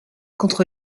contre